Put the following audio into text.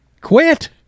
Quit